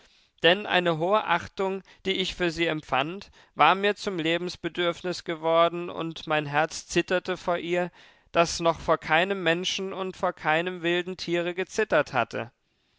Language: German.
denn eine hohe achtung die ich für sie empfand war mir zum lebensbedürfnis geworden und mein herz zitterte vor ihr das noch vor keinem menschen und vor keinem wilden tiere gezittert hatte